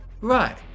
right